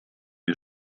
wir